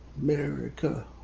America